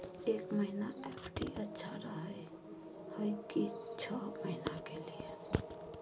एक महीना एफ.डी अच्छा रहय हय की छः महीना के लिए?